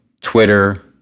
Twitter